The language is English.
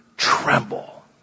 tremble